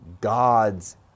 God's